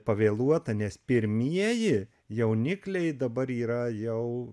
pavėluota nes pirmieji jaunikliai dabar yra jau